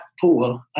poor